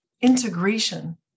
integration